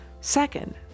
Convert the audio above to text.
second